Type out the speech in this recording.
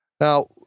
Now